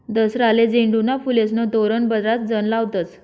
दसराले झेंडूना फुलेस्नं तोरण बराच जण लावतस